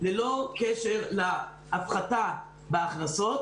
ללא קשר להפחתה בהכנסות.